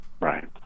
right